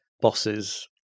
bosses